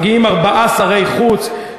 מגיעים ארבעה שרי חוץ,